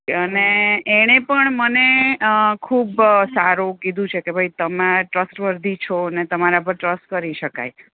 અને એણે પણ મને ખૂબ સારું કીધું છે કે ભાઈ તમે ટ્રસ્ટવર્ધી છો ને તમારા પર ટ્રસ્ટ કરી શકાય